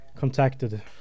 Contacted